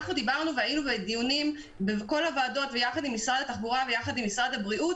היינו בדיונים בכל הוועדות ויחד עם משרד התחבורה ומשרד הבריאות,